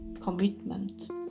commitment